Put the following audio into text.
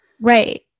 Right